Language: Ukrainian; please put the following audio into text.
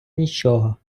нічого